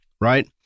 right